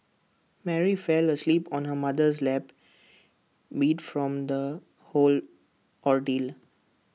Mary fell asleep on her mother's lap beat from the whole ordeal